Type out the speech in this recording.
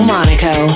Monaco